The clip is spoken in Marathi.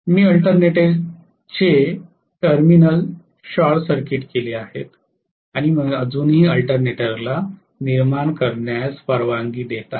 मी अल्टरनेटरचे टर्मिनल शॉर्ट सर्किट केले आहेत आणि मी अजूनही अल्टरनेटरला निर्माण करण्यास परवानगी देत आहे